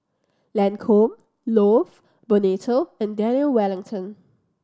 Lancome Love Bonito and Daniel Wellington